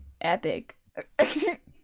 epic